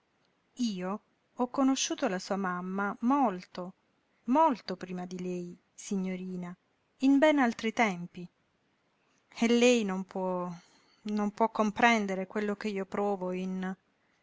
io ho conosciuto la sua mamma molto molto prima di lei signorina in ben altri tempi e lei non può non può comprendere quello che io provo in